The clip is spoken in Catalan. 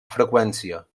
freqüència